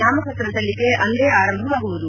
ನಾಮ ಪತ್ರ ಸಲ್ಲಿಕೆ ಅಂದೇ ಆರಂಭವಾಗುವುದು